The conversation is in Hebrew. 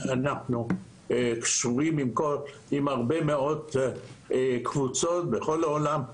אנחנו קשורים עם הרבה מאוד קבוצות בכל העולם,